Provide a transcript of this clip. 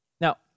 Now